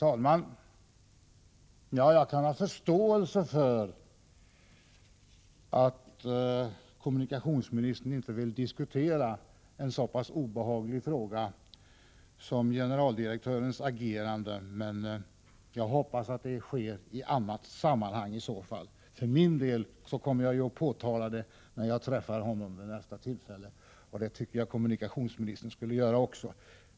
Herr talman! Jag kan ha förståelse för att kommunikationsministern inte vill diskutera en så pass obehaglig fråga som generaldirektörens agerande, men jag hoppas att det sker i annat sammanhang. För min del kommer jag att påtala det nästa gång jag träffar honom. Det tycker jag även kommunikationsministern borde göra.